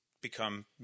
become